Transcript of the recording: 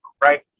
right